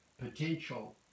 potential